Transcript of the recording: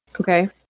Okay